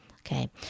Okay